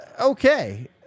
Okay